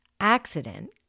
accident